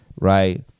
right